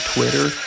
Twitter